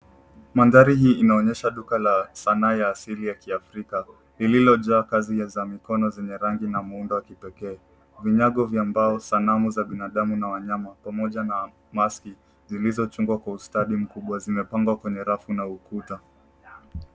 Mandhari hii inaonyesha duka la sanaa ya asili ya kiafrika lililo jaa kazi za mikono zenye rangi na muundo wa kipekee. Vinyago vya mbao, sanamu za binadamu na wanyama pamoja na maski zilizo chongwa kwa ustadi mkubwa zimepangwa kwenye rafu na ukuta.